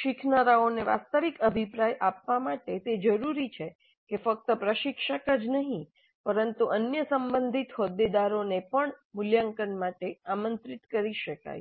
શીખનારાઓને વાસ્તવિક અભિપ્રાય આપવા માટે તે જરૂરી છે કે ફક્ત પ્રશિક્ષક જ નહીં પરંતુ અન્ય સંબંધિત હોદ્દેદારોને પણ મૂલ્યાંકન માટે આમંત્રિત કરી શકાય